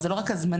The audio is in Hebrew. זה לא רק הזמנים.